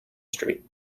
street